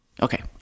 Okay